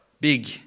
big